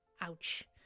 Ouch